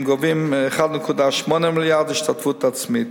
הם גובים 1.8 מיליארד השתתפות עצמית.